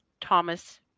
Thomas